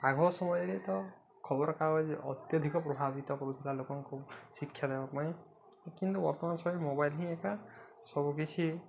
ଆଗ ସମୟରେ ତ ଖବର କାଗଜ ଅତ୍ୟଧିକ ପ୍ରଭାବିତ କରୁଥିଲା ଲୋକଙ୍କୁ ଶିକ୍ଷା ଦେବା ପାଇଁ କିନ୍ତୁ ବର୍ତ୍ତମାନ ସମୟରେ ମୋବାଇଲ ହିଁ ଏକା ସବୁକିଛି